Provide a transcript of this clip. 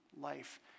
life